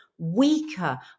weaker